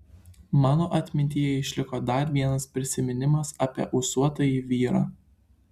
mano atmintyje išliko dar vienas prisiminimas apie ūsuotąjį vyrą